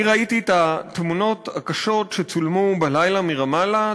אני ראיתי את התמונות הקשות שצולמו בלילה ברמאללה,